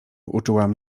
uczułam